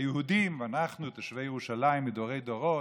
היהודים, אנחנו תושבי ירושלים מדורי-דורות,